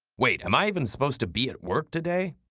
wait, am i even supposed to be at work today?